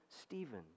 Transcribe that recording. Stephen